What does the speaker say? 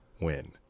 win